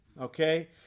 Okay